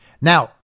Now